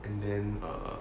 and then err